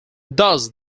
thus